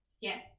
Yes